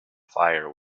fire